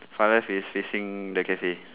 far left is facing the cafe